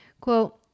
Quote